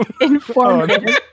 informative